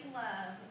love